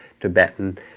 Tibetan